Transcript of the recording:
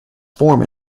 form